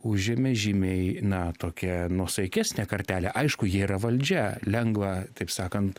užėmė žymiai na tokią nuosaikesnę kartelę aišku jie yra valdžia lengva taip sakant